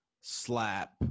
slap